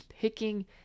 picking